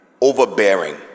overbearing